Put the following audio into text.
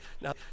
Now